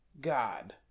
god